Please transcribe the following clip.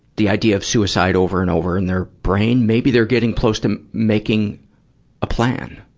the idea of suicide over and over in their brain, maybe they're getting close to making a plan?